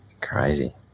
crazy